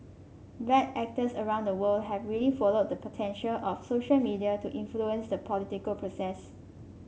bad actors around the world have really followed the potential of social media to influence the political process